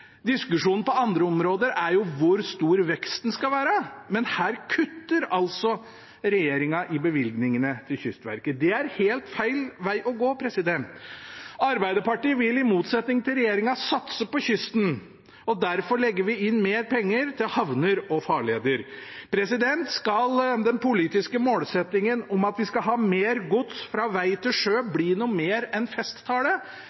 Diskusjonen på andre områder er jo hvor stor veksten skal være, men her kutter altså regjeringen i bevilgningene til Kystverket. Det er helt feil veg å gå. Arbeiderpartiet vil i motsetning til regjeringen satse på kysten, og derfor legger vi inn mer penger til havner og farleder. Skal den politiske målsettingen om at vi skal ha mer gods over fra veg til sjø,